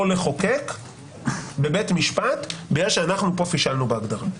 לחוקק בבית משפט בגלל שאנחנו פה פישלנו בהגדרה.